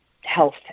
health